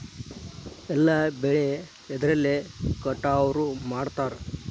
ಎಲ್ಲ ಬೆಳೆ ಎದ್ರಲೆ ಕಟಾವು ಮಾಡ್ತಾರ್?